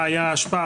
מה היה ההשפעה.